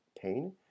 pain